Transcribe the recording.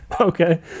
Okay